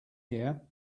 here